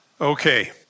Okay